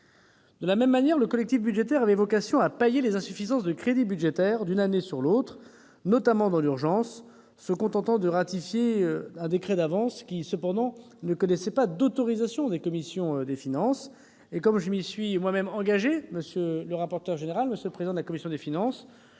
De la même manière, le collectif budgétaire avait vocation à pallier les insuffisances de crédits budgétaires d'une année sur l'autre, notamment dans l'urgence, se contentant de ratifier un décret d'avance qui, cependant, ne nécessitait pas d'autorisation des commissions des finances. Comme je m'y étais moi-même engagé, monsieur le président de la commission des finances,